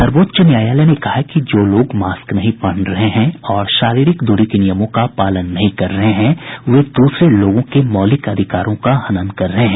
सर्वोच्च न्यायालय ने कहा है कि जो लोग मास्क नहीं पहन रहे हैं और शारीरिक दूरी के नियमों का पालन नहीं कर रहे हैं वे दूसरे लोगों के मौलिक अधिकारों का हनन कर रहे हैं